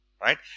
Right